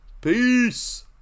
Peace